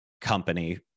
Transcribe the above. company